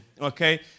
okay